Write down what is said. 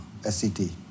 SCT